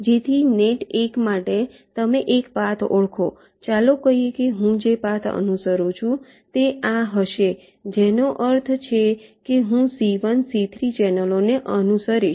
જેથી નેટ 1 માટે તમે એક પાથ ઓળખો ચાલો કહીએ કે હું જે પાથને અનુસરું છું તે આ હશે જેનો અર્થ છે કે હું C1 C3 ચેનલોને અનુસરીશ